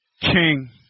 king